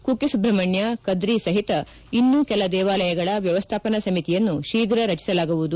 ಕುಕ್ಕೆ ಸುಬ್ರಹ್ಮಣ್ಯ ಕದ್ರಿ ಸಹಿತ ಇನ್ನೂ ಕೆಲ ದೇವಾಲಯಗಳ ವ್ಯವಸ್ಥಾಪನಾ ಸಮಿತಿಯನ್ನು ಶೀಘ ರಚಿಸಲಾಗುವುದು